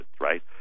right